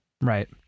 Right